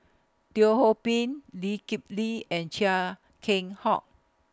Teo Ho Pin Lee Kip Lee and Chia Keng Hock